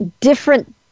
different